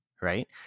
right